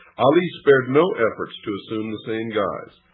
ali spared no efforts to assume the same guise.